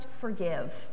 forgive